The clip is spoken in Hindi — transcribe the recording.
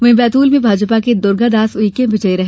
वहीं बैतूल में भाजपा के दुर्गादास उइके विजयी रहे